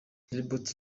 robot